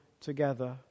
together